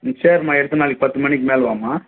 ம் சரிம்மா எடுத்துட்டு நாளைக்கு பத்து மணிக்கு மேலே வாம்மா